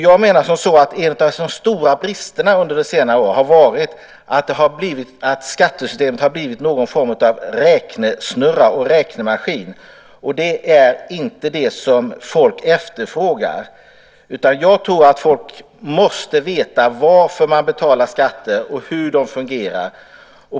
Jag menar att en av de stora bristerna under senare år har varit att skattesystemet har blivit någon form av räknesnurra eller räknemaskin. Det är inte det som människor efterfrågar. Jag tror att människor måste veta varför man betalar skatter och hur de fungerar.